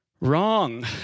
Wrong